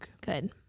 good